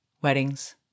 Weddings